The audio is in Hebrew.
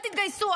אל תתגייסו,